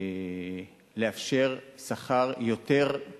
לאפשר שכר או